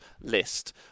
list